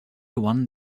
one